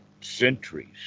centuries